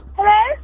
Hello